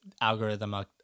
algorithm